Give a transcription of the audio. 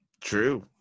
True